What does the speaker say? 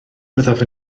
byddaf